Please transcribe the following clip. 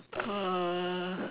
uh